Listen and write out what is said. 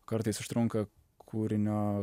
kartais užtrunka kūrinio